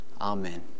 Amen